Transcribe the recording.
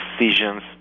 decisions